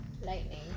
Lightning